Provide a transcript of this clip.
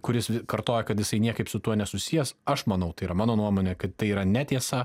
kuris kartoja kad jisai niekaip su tuo nesusijęs aš manau tai yra mano nuomone kad tai yra netiesa